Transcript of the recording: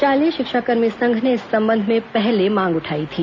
शालेय शिक्षाकर्मी संघ ने इस संबंध में पहले मांग उठाई थी